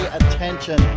attention